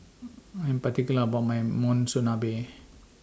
I Am particular about My Monsunabe